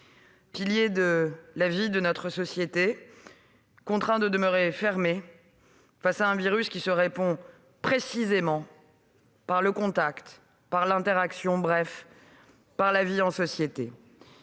piliers de notre vie sociale, contraints de demeurer fermés face à un virus qui se répand précisément par le contact, l'interaction, bref la vie en société.